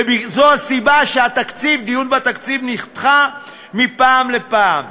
וזו הסיבה שהדיון בתקציב נדחה מפעם לפעם.